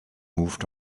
moved